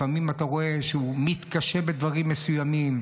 לפעמים אתה רואה שהוא מתקשה בדברים מסוימים,